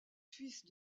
suisses